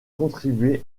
contribuer